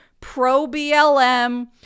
pro-BLM